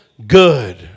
good